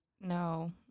No